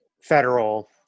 federal